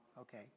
Okay